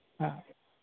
हां